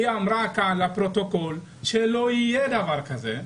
היא אמרה כאן לפרוטוקול שלא יהיה דבר כזה.